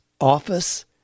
office